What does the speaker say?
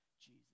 Jesus